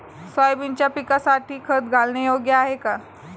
सोयाबीनच्या पिकासाठी खत घालणे योग्य आहे का?